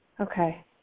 Okay